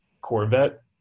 Corvette